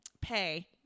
pay